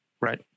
Right